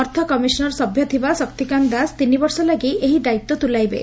ଅର୍ଥ କମିଶନ୍ର ସଭ୍ୟ ଥିବା ଶକ୍ତିକାନ୍ତ ଦାସ ତିନି ବର୍ଷ ଲାଗି ଏହି ଦାୟିତ୍ୱ ତୁଲାଇବେ